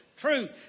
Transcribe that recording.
truth